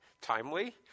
timely